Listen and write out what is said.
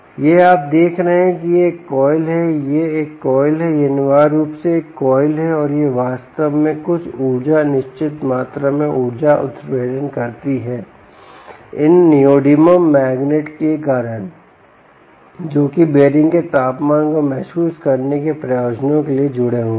यह आप देख रहे हैं कि एक कॉइल है यह एक कॉइल है यह अनिवार्य रूप से एक कॉइल है और यह वास्तव में कुछ ऊर्जा निश्चित मात्रा में ऊर्जा उत्प्रेरण करती है इन नियोडिमियम मैग्नेट के कारण जोकि बीयरिंग के तापमान को महसूस करने के प्रयोजनों के लिए जुड़े हुए हैं